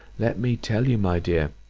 let me tell you, my dear,